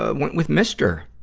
ah went with mr.